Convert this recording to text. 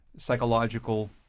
psychological